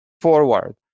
forward